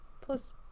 Plus